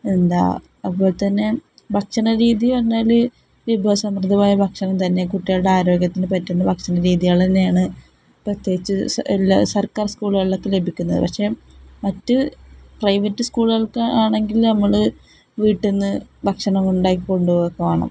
എന്താണ് അതുപോലെ തന്നെ ഭക്ഷണ രീതി പറഞ്ഞാല് വിഭവസമൃദ്ധമായ ഭക്ഷണം തന്നെ കുട്ടികളുടെ ആരോഗ്യത്തിനു പറ്റുന്ന ഭക്ഷണ രീതികള് തന്നെയാണ് പ്രത്യേകിച്ച് എല്ലാ സർക്കാർ സ്കൂളുകളിലൊക്കെ ലഭിക്കുന്നത് പക്ഷെ മറ്റ് പ്രൈവറ്റ് സ്കൂളുകൾക്കാണെങ്കില് നമ്മള് വീട്ടില്നിന്നു ഭക്ഷണമുണ്ടാക്കി കൊണ്ടുപോവുകയൊക്കെ വേണം